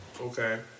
Okay